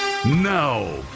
Now